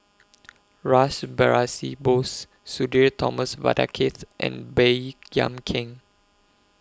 Rash Behari Bose Sudhir Thomas Vadaketh and Baey Yam Keng